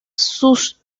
sus